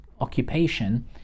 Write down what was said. occupation